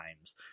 times